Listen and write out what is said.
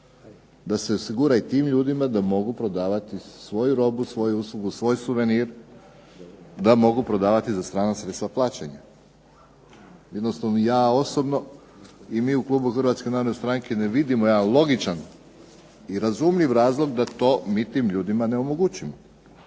da se osigura i tim ljudima da mogu prodavati svoju robu, svoju uslugu, svoj suvenir, da mogu prodavati za sva vrsta plaćanja. Jednostavno ja osobno i mi u klubu HNS-a ne vidimo jedan logičan i razumljiv razlog da to mi tim ljudima ne omogućimo.